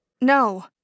No